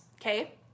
okay